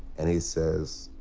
and he says,